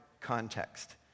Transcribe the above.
context